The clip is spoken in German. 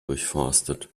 durchforstet